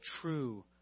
true